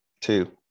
two